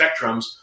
spectrums